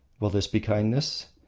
will this be kindness?